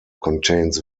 contains